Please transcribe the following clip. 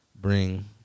bring